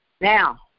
now